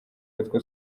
witwa